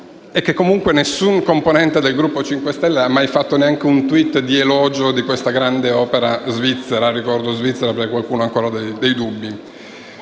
e comunque nessuna componente del Gruppo Movimento 5 Stelle ha mai fatto neanche un *tweet* di elogio di questa grande opera svizzera (ricordo: svizzera, perché qualcuno ha ancora dei dubbi)